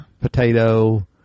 Potato